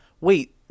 Wait